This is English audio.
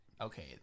okay